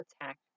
attack